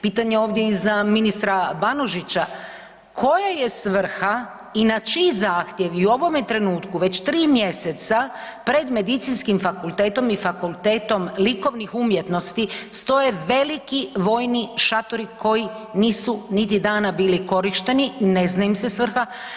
Pitanje je ovdje i za ministra Banožića koja je svrha i na čiji zahtjev i u ovome trenutku već tri mjeseca pred Medicinskim fakultetom i Fakultetom likovnih umjetnosti stoje veliki vojni šatori koji nisu niti dana bili korišteni, ne zna im se svrha.